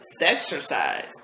sexercise